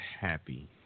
happy